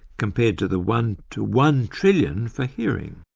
compared to the one to one trillion for hearing.